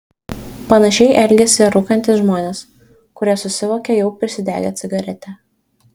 panašiai elgiasi ir rūkantys žmonės kurie susivokia jau prisidegę cigaretę